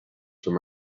from